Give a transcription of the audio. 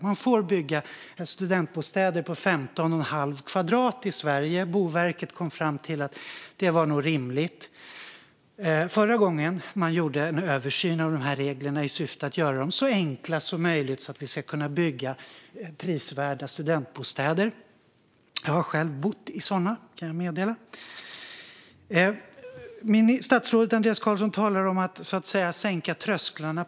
Man får bygga studentbostäder på 15,5 kvadrat i Sverige - Boverket kom fram till att detta nog var rimligt förra gången det gjordes en översyn av dessa regler i syfte att göra dem så enkla som möjligt, så att vi ska kunna bygga prisvärda studentbostäder. Jag har själv bott i sådana, kan jag meddela. Statsrådet Andreas Carlson talade om att sänka trösklarna.